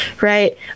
right